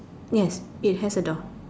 yes it has a door